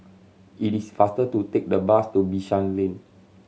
it is faster to take the bus to Bishan Lane